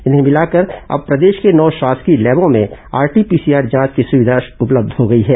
इन्हें मिलाकर अब प्रदेश के नौ शासकीय लैबों में आरटी पीसीआर जांच की सुविधा उपलब्ध हो गई है